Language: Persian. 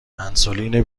انسولین